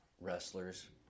wrestlers